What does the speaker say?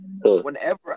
Whenever